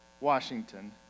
Washington